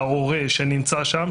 ההורה שנמצא שם,